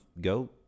go